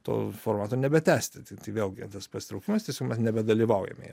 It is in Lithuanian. to formato nebetęsti tai tai vėlgi tas pasitraukimas tiesiog mes nebedalyvaujame